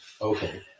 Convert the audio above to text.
Okay